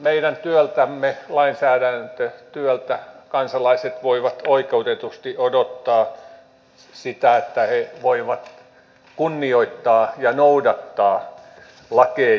meidän työltämme lainsäädäntötyöltä kansalaiset voivat oikeutetusti odottaa sitä että he voivat kunnioittaa ja noudattaa lakeja